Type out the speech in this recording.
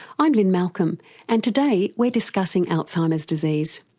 i'm lynne malcolm and today we're discussing alzheimer's disease.